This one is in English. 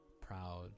proud